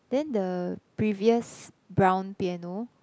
then the previous brown piano